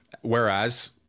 whereas